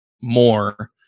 more